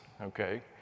okay